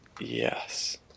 Yes